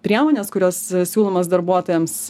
priemones kurios siūlomos darbuotojams